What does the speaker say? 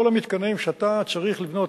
כל המתקנים שאתה צריך לבנות,